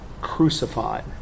crucified